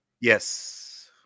Yes